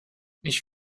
ich